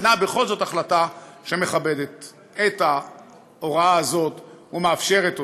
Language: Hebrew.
ניתנה בכל זאת החלטה שמכבדת את ההוראה הזאת ומאפשרת אותה,